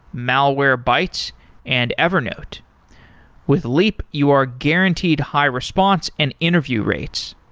malwarebytes and evernote with leap, you are guaranteed high response and interview rates.